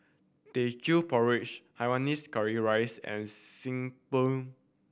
Teochew Porridge curry rice and xi